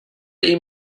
ihm